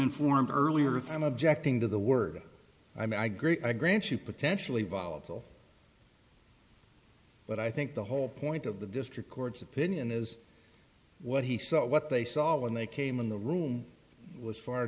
informed earlier of them objecting to the word i great i grant you potentially volatile but i think the whole point of the district court's opinion is what he saw what they saw when they came in the room was far